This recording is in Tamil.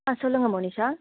ஆ சொல்லுங்கள் மோனிஷா